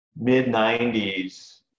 mid-90s